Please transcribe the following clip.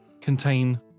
contain